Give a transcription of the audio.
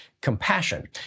compassion